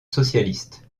socialiste